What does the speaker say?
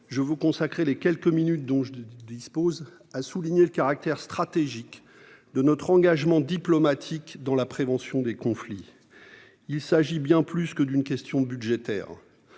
je veux consacrer les quelques minutes qui me sont imparties à souligner le caractère stratégique de notre engagement diplomatique dans la prévention des conflits. Il s'agit de bien plus, en effet, que d'une question budgétaire.